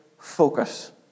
focus